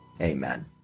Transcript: Amen